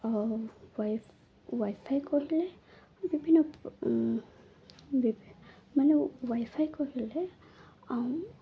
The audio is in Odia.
ଆଉ ୱାଇ ଫାଇ କହିଲେ ବିଭିନ୍ନ ମାନେ ୱାଇ ଫାଇ କହିଲେ ଆଉ